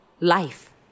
life